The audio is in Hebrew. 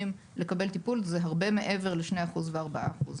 לקבל טיפול זה הרבה מעבר לשני אחוז וארבעה אחוז.